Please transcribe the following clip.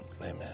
amen